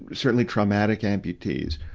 certainly traumatic amputees,